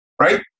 right